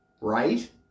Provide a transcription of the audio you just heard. Right